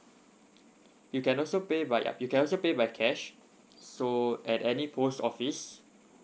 you can also pay by like you can also pay by cash so at any post office